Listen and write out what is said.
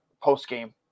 post-game